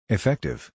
Effective